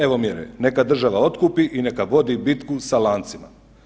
Evo mjere, neka država otkupi i neka vodi bitku sa lancima.